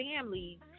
families